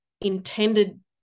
intended